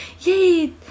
yay